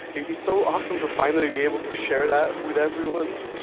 it's so awesome to finally be able to share that with everyone.